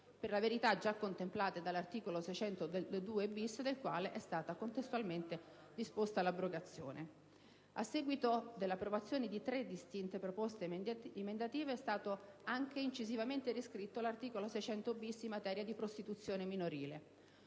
(per la verità già contemplate dall'articolo 602-*bis* del quale è stata contestualmente disposta l'abrogazione). A seguito dell'approvazione di tre distinte proposte emendative è stato anche incisivamente riscritto l'articolo 600-*bis*, in materia di prostituzione minorile.